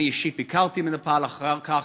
אני אישית ביקרתי בנפאל אחר כך,